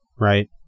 right